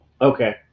Okay